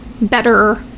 better